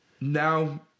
Now